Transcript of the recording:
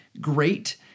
great